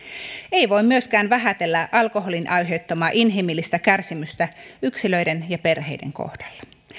ei voi myöskään vähätellä alkoholin aiheuttamaa inhimillistä kärsimystä yksilöiden ja perheiden kohdalla